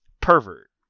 pervert